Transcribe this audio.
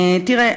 תראה,